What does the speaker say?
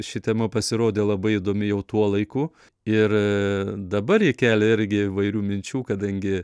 ši tema pasirodė labai įdomi jau tuo laiku ir dabar ji kelia irgi įvairių minčių kadangi